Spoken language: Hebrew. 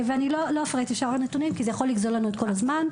לא אפרט את שאר הנתונים כי זה יכול לגזול לנו את כל הזמן.